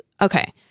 Okay